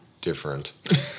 different